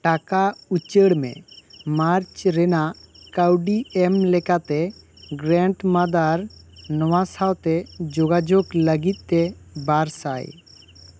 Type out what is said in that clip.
ᱴᱟᱠᱟ ᱩᱪᱟᱹᱲ ᱢᱮ ᱢᱟᱨᱪ ᱨᱮᱱᱟᱜ ᱠᱟᱹᱣᱰᱤ ᱮᱢ ᱞᱮᱠᱟᱛᱮ ᱜᱨᱮᱱᱰ ᱢᱟᱫᱟᱨ ᱱᱚᱣᱟ ᱥᱟᱶᱛᱮ ᱡᱳᱜᱟᱡᱳᱜᱽ ᱞᱟᱜᱤᱫ ᱛᱮ ᱵᱟᱨ ᱥᱟᱭ